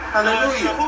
Hallelujah